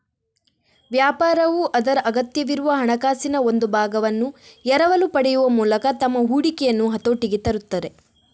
ವ್ಯಾಪಾರವು ಅದರ ಅಗತ್ಯವಿರುವ ಹಣಕಾಸಿನ ಒಂದು ಭಾಗವನ್ನು ಎರವಲು ಪಡೆಯುವ ಮೂಲಕ ತಮ್ಮ ಹೂಡಿಕೆಯನ್ನು ಹತೋಟಿಗೆ ತರುತ್ತಾರೆ